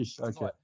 okay